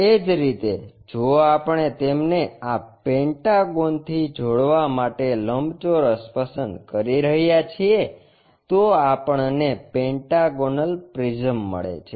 એ જ રીતે જો આપણે તેમને આ પેન્ટાગોનથી જોડવા માટે લંબચોરસ પસંદ કરી રહ્યા છીએ તો આપણને પેન્ટાગોનલ પ્રિઝમ મળે છે